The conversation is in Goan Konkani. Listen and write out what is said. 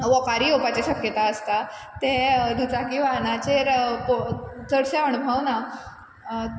वोकारी येवपाचे शक्यता आसता ते दुचाकी वाहनाचेर पोव चडशें अणभवना